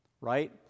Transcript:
right